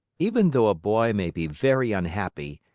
even though a boy may be very unhappy,